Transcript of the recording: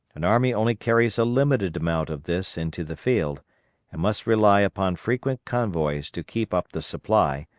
an army only carries a limited amount of this into the field and must rely upon frequent convoys to keep up the supply,